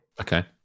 Okay